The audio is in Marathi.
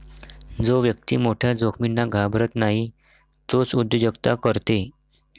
जो व्यक्ती मोठ्या जोखमींना घाबरत नाही तोच उद्योजकता करते